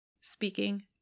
Speaking